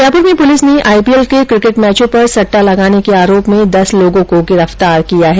जयपुर में पुलिस ने आईपीएल के क्रिकेट मैचों पर सट्टा लगाने के आरोप में दस लोगों को गिरफ्तार किया है